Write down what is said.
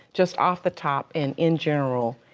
just off the top and in general,